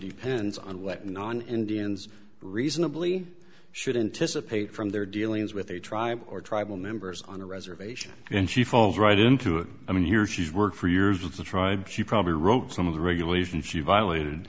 depends on what non indians reasonably should intice a page from their dealings with a tribe or tribal members on a reservation and she falls right into it i mean here she's worked for years with the tribe she probably wrote some of the regulations she violate